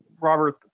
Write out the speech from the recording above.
Robert